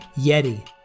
Yeti